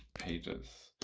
pages.